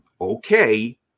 okay